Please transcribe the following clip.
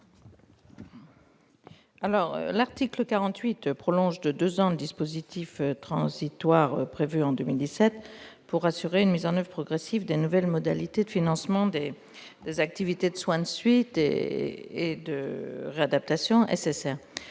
L'article 48 prolonge de deux ans le dispositif transitoire prévu en 2017 pour assurer une mise en oeuvre progressive des nouvelles modalités de financement des activités de soins de suite et de réadaptation. Ces